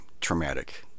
traumatic